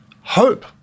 hope